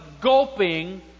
gulping